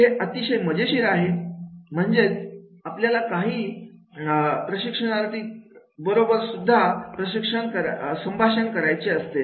तर हे अतिशय मजेशीर आहे म्हणजेच आपल्याला काही त्रस्त प्रशिक्षणार्थी बरोबर सुद्धा संभाषण करायचे असते